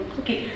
okay